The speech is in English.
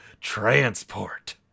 transport